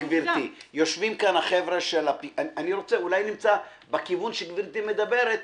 גברתי אולי אני נמצא בכיוון שגברתי מדברת,